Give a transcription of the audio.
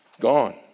Gone